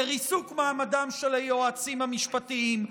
לריסוק מעמדם של היועצים המשפטיים,